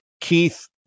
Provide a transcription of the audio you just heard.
Keith